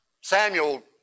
Samuel